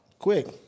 Quick